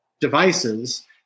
devices